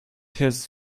his